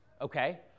okay